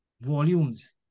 volumes